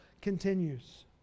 continues